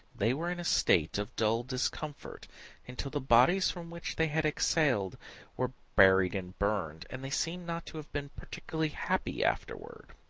they were in a state of dull discomfort until the bodies from which they had exhaled were buried and burned and they seem not to have been particularly happy afterward.